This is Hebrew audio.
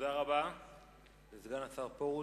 תודה רבה לסגן השר פרוש.